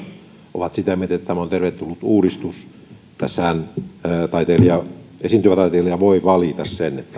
ovat sitä mieltä että tämä on tervetullut uudistus tässähän esiintyvä taiteilija voi valita sen